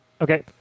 Okay